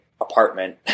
apartment